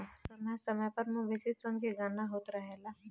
समय समय पर मवेशी सन के गणना होत रहेला